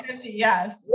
Yes